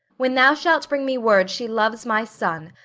when thou shalt bring me word she loves my son,